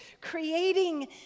creating